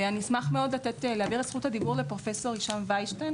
ואני אשמח מאוד להעביר את זכות הדיבור לפרופסור ישי ויינשטיין,